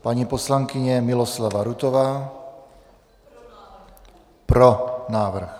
Paní poslankyně Miloslava Rutová: Pro návrh.